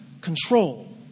control